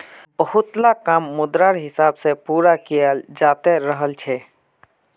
बहुतला काम मुद्रार हिसाब से पूरा कियाल जाते रहल छे